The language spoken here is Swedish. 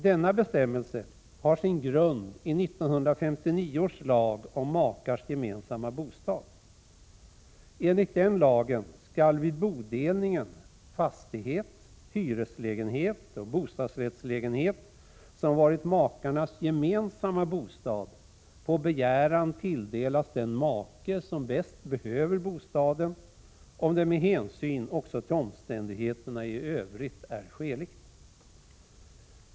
Denna bestämmelse har sin grund i 1959 års lag om makars gemensamma bostad. Enligt den lagen skall vid bodelningen fastighet, hyreslägenhet och bostadsrättslägenhet som varit makarnas gemensamma bostad på begäran tilldelas den make som bäst behöver bostaden, om det med hänsyn också till omständigheterna i övrigt är skäligt.